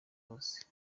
hose